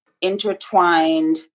intertwined